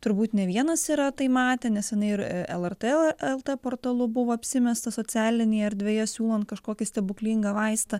turbūt ne vienas yra tai matę nesenai ir lrt lt portalu buvo apsimesta socialinėje erdvėje siūlant kažkokį stebuklingą vaistą